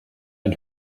ein